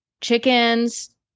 chickens